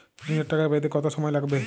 ঋণের টাকা পেতে কত সময় লাগবে?